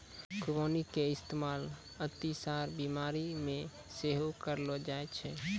खुबानी के इस्तेमाल अतिसार बिमारी मे सेहो करलो जाय छै